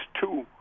two –